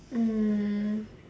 mm